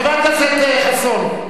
חבר הכנסת חסון,